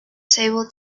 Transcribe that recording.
table